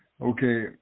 Okay